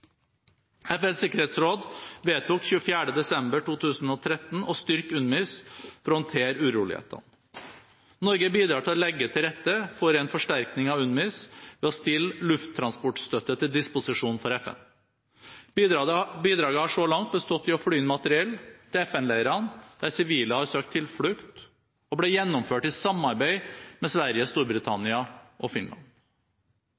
FNs sikkerhetsråd vedtok 24. desember 2013 å styrke UNMISS for å håndtere urolighetene. Norge bidrar til å legge til rette for en forsterkning av UNMISS ved å stille lufttransportstøtte til disposisjon for FN. Bidraget har så langt bestått i å fly inn materiell til FN-leirene der sivile har søkt tilflukt, og ble gjennomført i samarbeid med Sverige,